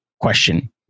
question